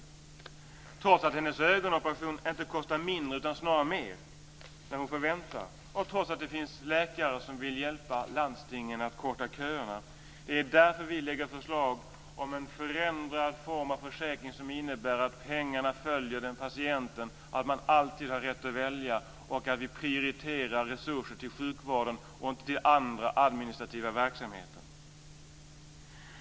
Hon får vänta, trots att hennes ögonoperation då inte kostar mindre utan snarare mer, trots att det finns läkare som vill hjälpa landstingen att korta köerna. Det är därför vi lägger fram förslag om en förändrad form av försäkring, som innebär att pengarna följer patienten och att man alltid har rätt att välja. Vi prioriterar resurser till sjukvården och inte till andra administrativa verksamheter.